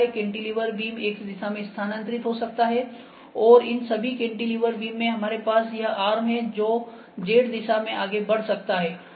cantilever beam X दिशा में स्थानांतरित हो सकता है और इन सभी केंटिलीवर बीम में हमारे पास यह आर्म है जो जेड दिशा में आगे बढ़ सकता है